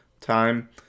time